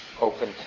open